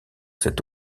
cette